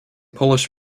polish